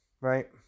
right